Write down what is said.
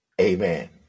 Amen